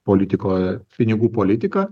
politikoj pinigų politika